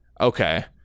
Okay